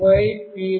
mypwm